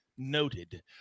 Noted